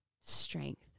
strength